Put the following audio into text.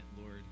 Lord